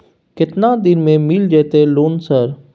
केतना दिन में मिल जयते लोन सर?